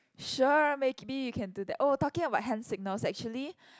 sure make be you can do that oh talking about hand signals actually